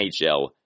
NHL